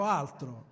altro